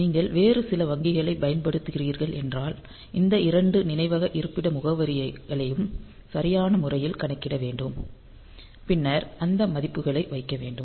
நீங்கள் வேறு சில வங்கிகளைப் பயன்படுத்துகிறீர்கள் என்றால் இந்த இரண்டு நினைவக இருப்பிட முகவரிகளையும் சரியான முறையில் கணக்கிட வேண்டும் பின்னர் அந்த மதிப்புகளை வைக்க வேண்டும்